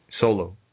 solo